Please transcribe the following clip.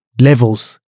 levels